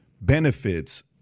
benefits